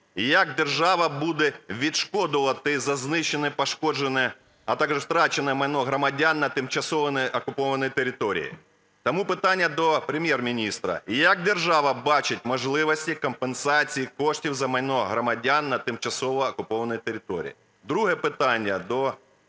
як держава буде відшкодовувати за знищене і пошкоджене, а також втрачене майно громадян на тимчасово окупованій території. Тому питання до Прем'єр-міністра. Як держав бачить можливості компенсації коштів за майно громадян на тимчасово окупованій території? Друге питання до віцепрем'єра.